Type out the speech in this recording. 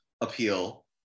appeal